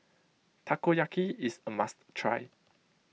Takoyaki is a must try